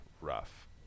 rough